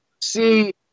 see